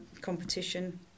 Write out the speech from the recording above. competition